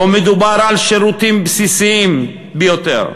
פה מדובר על שירותים בסיסיים ביותר,